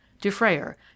Dufrayer